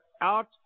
out